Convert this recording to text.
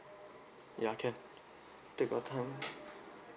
ya can take your time